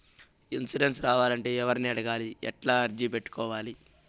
Insurance రావాలంటే ఎవర్ని అడగాలి? ఎట్లా అర్జీ పెట్టుకోవాలి?